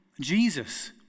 Jesus